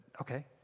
okay